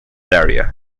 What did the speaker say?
area